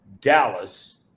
Dallas